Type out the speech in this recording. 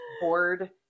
bored